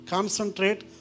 Concentrate